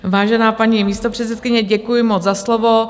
Vážená paní místopředsedkyně, děkuji moc za slovo.